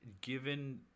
given